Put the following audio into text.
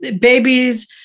babies